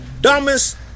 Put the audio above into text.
dumbest